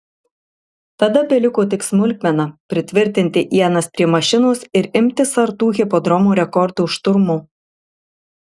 tada beliko tik smulkmena pritvirtinti ienas prie mašinos ir imtis sartų hipodromo rekordo šturmo